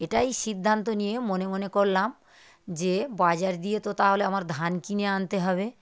এটাই সিদ্ধান্ত নিয়ে মনে মনে করলাম যে বাজার দিয়ে তো তাহলে আমার ধান কিনে আনতে হবে